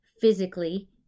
physically